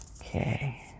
Okay